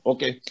Okay